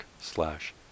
slash